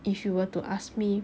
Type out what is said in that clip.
if you were to ask me